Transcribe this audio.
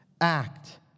act